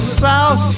south